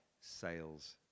sales